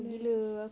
no less